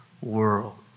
world